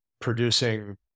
producing